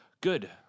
Good